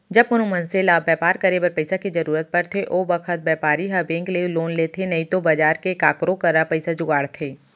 जब कोनों मनसे ल बैपार करे बर पइसा के जरूरत परथे ओ बखत बैपारी ह बेंक ले लोन लेथे नइतो बजार से काकरो करा पइसा जुगाड़थे